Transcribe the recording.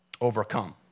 Overcome